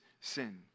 sin